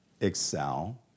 excel